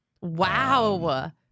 Wow